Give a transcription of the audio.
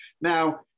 now